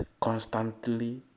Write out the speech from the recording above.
constantly